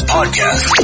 Podcast